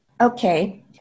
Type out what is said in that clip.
okay